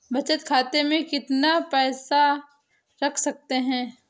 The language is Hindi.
बचत खाते में कितना पैसा रख सकते हैं?